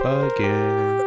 again